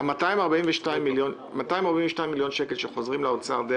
ה-242 מיליון השקלים שחוזרים לאוצר,